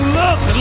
look